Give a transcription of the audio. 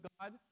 God